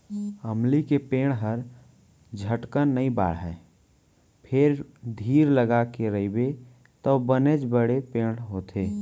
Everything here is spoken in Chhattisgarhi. अमली के पेड़ हर झटकन नइ बाढ़य फेर धीर लगाके रइबे तौ बनेच बड़े पेड़ होथे